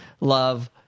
love